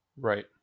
Right